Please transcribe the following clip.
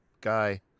guy